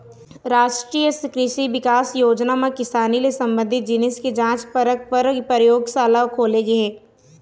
रास्टीय कृसि बिकास योजना म किसानी ले संबंधित जिनिस के जांच परख पर परयोगसाला खोले गे हे